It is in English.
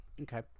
Okay